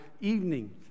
evening